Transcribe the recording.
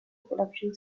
production